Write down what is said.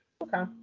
Okay